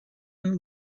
and